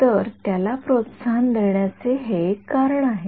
तर त्याला प्रोत्साहन देण्याचे हे एक कारण आहे